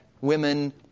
women